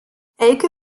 elke